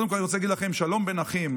קודם כול, אני רוצה להגיד לכם, שלום בין אחים.